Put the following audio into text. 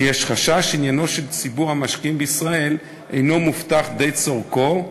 שיש חשש שעניינו של ציבור המשקיעים בישראל אינו מובטח די צורכו,